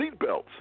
seatbelts